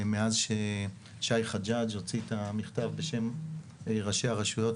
מאז ששי חג'ג' הוציא את המכתב בשם ראשי הרשויות,